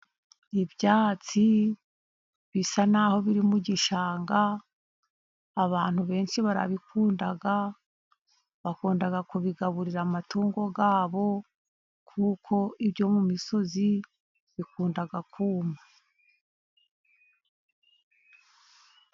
Ibyatsi bisa n'aho biri mu gishanga. Abantu benshi barabikunda bakunda kubigaburira amatungo yabo, kuko ibyo mu misozi bikunda kuma.